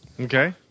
Okay